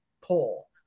pull